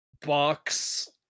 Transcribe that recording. box